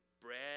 bread